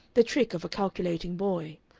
the trick of a calculating boy,